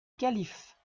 calife